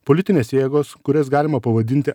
politinės jėgos kurias galima pavadinti